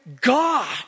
God